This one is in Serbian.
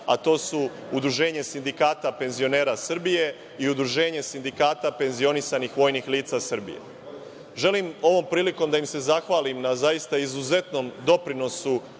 a to su Udruženje sindikata penzionera Srbije i Udruženje sindikata penzionisanih vojnih lica Srbije. Želim ovom prilikom da im se zahvalim na zaista izuzetnom doprinosu